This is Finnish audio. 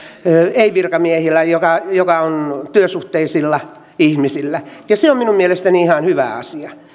ei virkamiehillä joka joka on työsuhteisilla ihmisillä ja se on minun mielestäni ihan hyvä asia